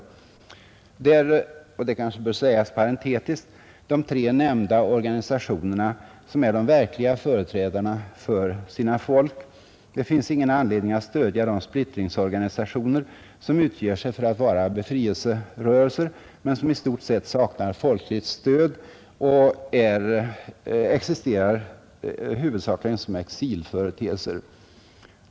Det är — det kanske bör sägas parentetiskt — de tre nämnda organisationerna som är de verkliga företrädarna för sina folk. Det finns ingen anledning att stödja de splittringsorganisationer som utger sig för att vara befrielserörelser men som i stort sett saknar folkligt stöd och existerar huvudsakligen som exilföreteelser.